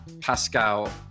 Pascal